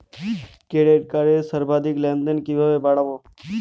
Credit কার্ডের সর্বাধিক লেনদেন কিভাবে বাড়াবো?